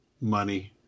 Money